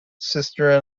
sister